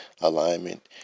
alignment